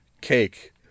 Cake